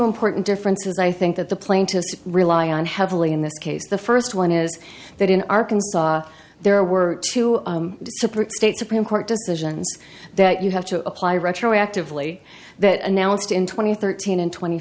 important differences i think that the plaintiffs rely on heavily in this case the first one is that in arkansas there were two separate state supreme court decisions that you have to apply retroactively that announced in two thousand and thirteen and twenty